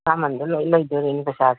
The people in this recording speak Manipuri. ꯑꯁꯥꯃꯟꯗ ꯂꯣꯏ ꯂꯩꯗꯣꯔꯦꯅꯦ ꯄꯩꯁꯥꯁꯦ